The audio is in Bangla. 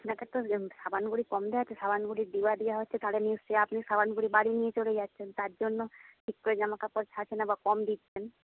আপনাকে তো সাবান গুঁড়ি কম দেওয়া হচ্ছে সাবান গুঁড়ি দিয়া দিয়া হচ্ছে তাহলে নিশ্চয়ই আপনি সাবান গুঁড়ি বাড়ি নিয়ে চলে যাচ্ছেন তার জন্য ঠিক করে জামা কাপড় থাকছে না বা কম দিচ্ছেন